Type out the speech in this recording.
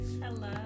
Hello